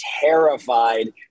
terrified